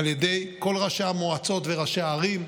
על ידי כל ראשי המועצות וראשי הערים,